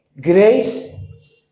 grace